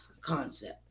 Concept